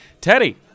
Teddy